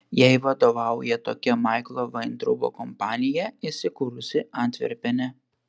jai vadovauja tokia maiklo vaintraubo kompanija įsikūrusi antverpene